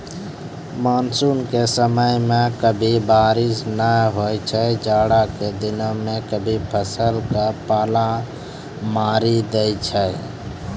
monsoon के समय मॅ कभी बारिश नाय होय छै, जाड़ा के दिनों मॅ कभी फसल क पाला मारी दै छै